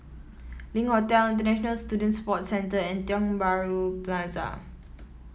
Link Hotel International Student Support Centre and Tiong Bahru Plaza